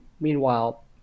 meanwhile